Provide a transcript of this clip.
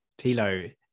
Tilo